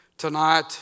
Tonight